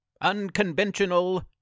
unconventional